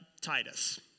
Titus